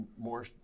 more